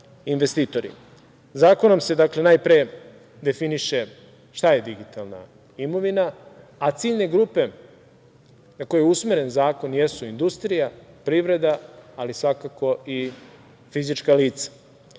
investitori. Zakonom se, dakle, najpre definiše šta je digitalna imovina, a ciljne grupe na koje je usmeren zakon jesu industrija, privreda, ali svakako i fizička lica.